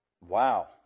Wow